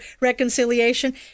reconciliation